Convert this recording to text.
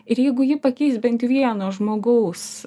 ir jeigu jį pakeis bent vieno žmogaus